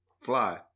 Fly